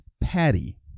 Patty